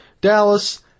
Dallas